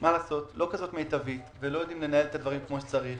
לא כזאת מיטבית ולא יודעים לנהל את הדברים כפי שצריך